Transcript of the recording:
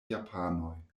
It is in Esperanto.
japanoj